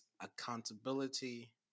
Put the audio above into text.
accountability